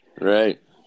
Right